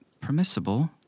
permissible